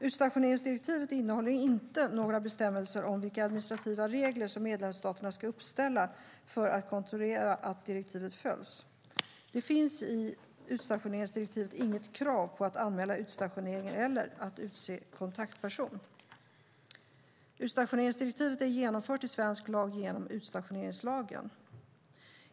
Utstationeringsdirektivet innehåller inte några bestämmelser om vilka administrativa regler som medlemsstaterna ska uppställa för att kontrollera att direktivet följs. Det finns i utstationeringsdirektivet inget krav på att anmäla utstationeringen eller att utse kontaktperson. Utstationeringsdirektivet är genomfört i svensk lag genom utstationeringslagen.